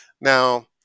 Now